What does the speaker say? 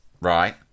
right